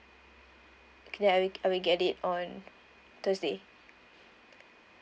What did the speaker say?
okay then I will I will get it on thursday